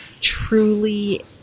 truly